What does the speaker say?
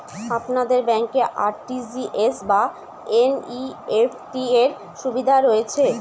আপনার ব্যাংকে আর.টি.জি.এস বা এন.ই.এফ.টি র সুবিধা রয়েছে?